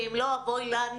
ואם לא אבוי לנו.